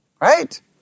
right